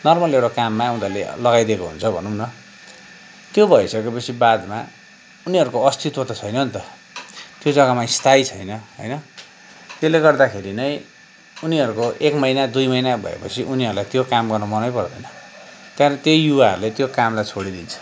normal एउटा काममा उनीहरूले लगाइदिएको हुन्छ भनौँ न त्यो भइसके पछि बादमा उनीहरूको अस्तित्व त छैन नि त त्यो जग्गामा स्थायी छैन होइन त्यसले गर्दाखेरि नै उनीहरूको एक महिना दुई महिना भएपछि उनीहरूलाई त्यो काम गर्न मनै पर्दैन त्यहाँ त्यही युवाहरूले त्यो कामलाई छोडिदिन्छ